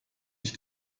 ich